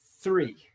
three